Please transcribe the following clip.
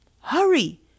Hurry